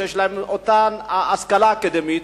שיש להם אותה השכלה אקדמית,